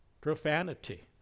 profanity